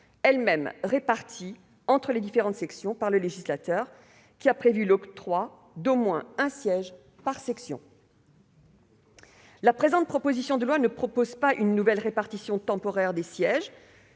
elle-même répartie entre les différentes sections par le législateur, qui a prévu l'octroi d'au moins un siège par section. La présente proposition de loi n'a pas pour objet une nouvelle répartition temporaire des sièges,